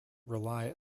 rely